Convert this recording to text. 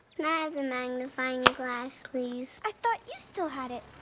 ah the magnifying glass please? i thought you still had it.